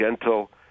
gentle